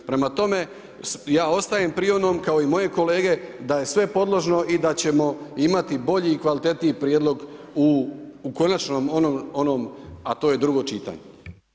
Prema tome, ja ostajem pri onom, kao i moje kolege da je sve podložno i da ćemo imati bolji i kvalitetniji prijedlog u konačnom onom, a to je drugo čitanje.